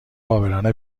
عابران